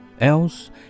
else